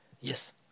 yes